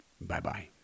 Bye-bye